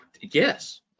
Yes